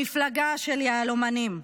למפלגה של יהלומנים.